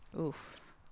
Oof